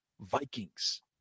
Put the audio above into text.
Vikings